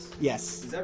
Yes